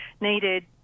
needed